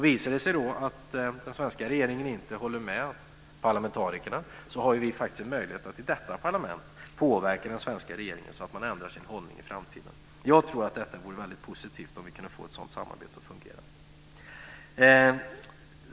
Visar det sig då att den svenska regeringen inte håller med parlamentarikerna har vi faktiskt en möjlighet att i detta parlament påverka den svenska regeringen så att man ändrar sin hållning i framtiden. Jag tror att det vore väldigt positivt om vi kunde få ett sådant samarbete att fungera.